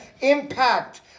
impact